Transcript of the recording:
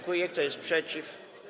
Kto jest przeciw?